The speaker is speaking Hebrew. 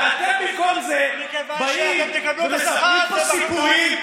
ואתם במקום זה באים ומספרים פה סיפורים.